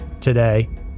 Today